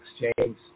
exchange